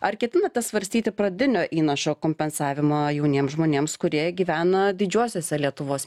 ar ketinate svarstyti pradinio įnašo kompensavimą jauniem žmonėms kurie gyvena didžiuosiuose lietuvos